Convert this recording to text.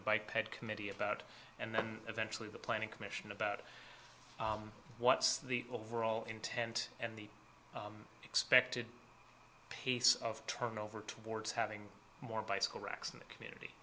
the bike paid committee about and then eventually the planning commission about what's the overall intent and the expected pace of turnover towards having more bicycle racks in the community